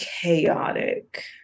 chaotic